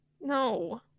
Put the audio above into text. No